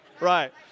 right